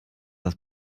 das